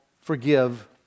forgive